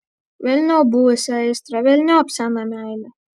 velniop buvusią aistrą velniop seną meilę